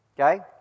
Okay